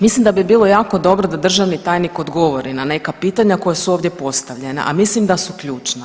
Mislim da bi bilo jako dobro da državni tajnik odgovori na neka pitanja koja su ovdje postavljena, a mislim da su ključna.